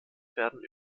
werden